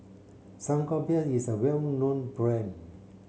Sangobion is a well known brand